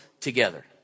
together